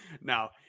now